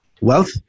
wealth